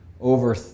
over